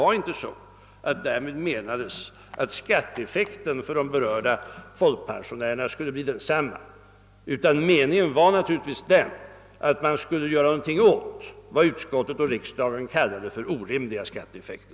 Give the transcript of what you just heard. Meningen var nämligen inte att skatteeffekten för de berörda folkpensionärerna skulle bli densamma utan meningen var att man skulle göra något åt vad utskottet och riksdagen kallade orimliga skatteeffekter: